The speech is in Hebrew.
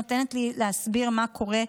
נותנת לי להסביר מה קורה,